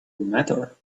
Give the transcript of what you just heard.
matter